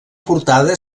portada